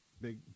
big